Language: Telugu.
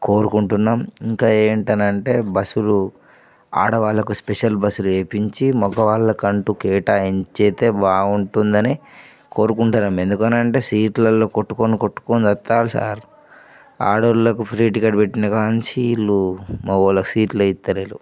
కోరుకుంటున్నాము ఇంకా ఏంటి అనంటే బస్సులు ఆడవాళ్ళకు స్పెషల్ బస్సులు వేయించి మగవాళ్ళకి అంటూ కేటాయించితే బాగుంటుందని కోరుకుంటున్నాము ఎందుకు అని అంటే సీట్లల్లో కొట్టుకొని కొట్టుకొని చస్తారు సార్ ఆడ వాళ్ళకు ఫ్రీ టికెట్ పెట్టిన కాన్నుంచి వీళ్ళు మగవాళ్ళకి సీట్లే ఇస్తలేరు